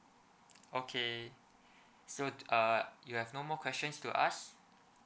okay so uh you have no more questions to ask